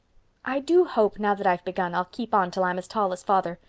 i do hope, now that i've begun, i'll keep on till i'm as tall as father.